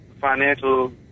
financial